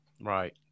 Right